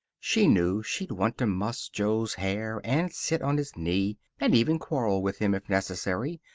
she knew she'd want to muss jo's hair, and sit on his knee, and even quarrel with him, if necessary,